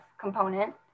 component